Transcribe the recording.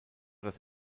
das